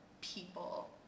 people